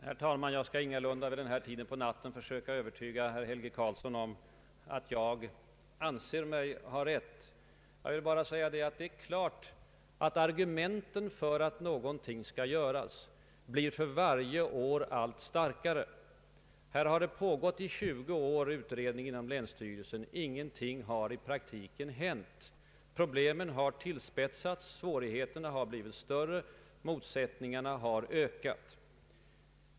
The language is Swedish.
Herr talman! Jag skall ingalunda vid den här tiden på natten försöka övertyga herr Helge Karlsson om att jag har rätt. Jag vill bara säga att argumenten för att någonting skall göras blir allt starkare för varje år. I 20 år har det pågått utredningar inom länsstyrelsen, men ingenting har i praktiken hänt. Problemen har tillspetsats, svårigheterna har blivit större och motsättningarna har ökat.